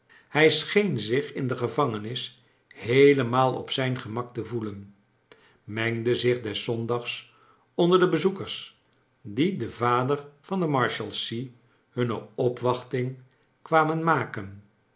hij scheen zich in de gevangenis heelemaal op zijn gemak te voelen mengde zich des zondags onder de bezoekersj die den yader van de marshall sea hunne opwachting kwamen maken